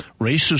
racist